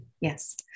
Yes